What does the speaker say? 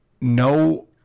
No